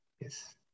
Yes